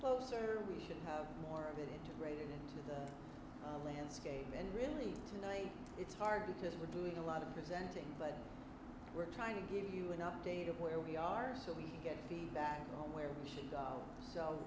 closer we should have more of it to break into the landscape and really tonight it's hard because we're doing a lot of presenting but we're trying to give you an update of where we are so we can get feedback on where we should so